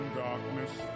darkness